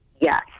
yes